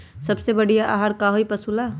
सबसे बढ़िया आहार का होई पशु ला?